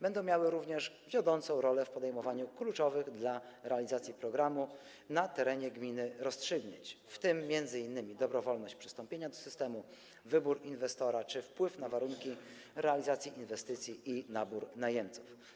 Będą miały również wiodącą rolę w podejmowaniu kluczowych dla realizacji programu na terenie gminy rozstrzygnięć, w tym m.in. dobrowolność przystąpienia do systemu, wybór inwestora czy wpływ na warunki realizacji inwestycji i nabór najemców.